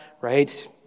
right